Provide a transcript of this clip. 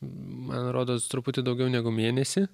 man rodos truputį daugiau negu mėnesį